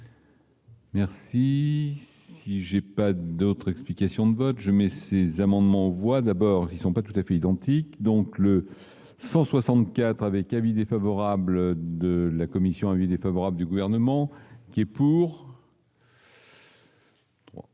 Merci, si j'ai pas d'autre explication de vote j'aime est-ce. Ces amendements voit d'abord qui sont pas tout à fait identique donc le 164 avec avis défavorable de la commission avis défavorable du gouvernement qui est pour.